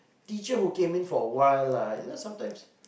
teacher who came in for a while sometime